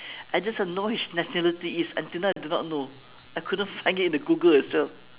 I just know his nationality is until now I do not know I couldn't find it in the google itself